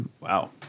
Wow